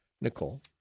Nicole